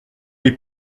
les